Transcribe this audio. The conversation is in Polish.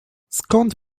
skąd